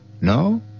No